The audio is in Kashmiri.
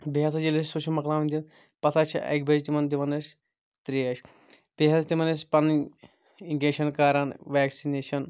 بیٚیہِ ہسا ییٚلہِ أسۍ سُہ چھِ مۄکلاوان دِتتھ پَتہٕ حظ چھِ اَکہِ بَجہِ دِوان تِمن أسۍ تریش بیٚیہِ حظ تِمن أسۍ پَنٕنۍ اِنجیٚکشن کران ویکسِنیشن